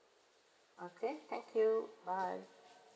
okay thank you bye